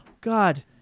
God